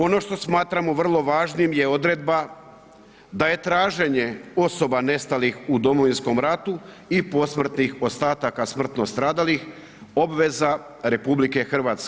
Ono što smatramo vrlo važnim je odredba da je traženje osoba nestalih u Domovinskom ratu i posmrtnih ostataka smrtno stradalih obveza RH.